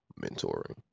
mentoring